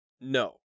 No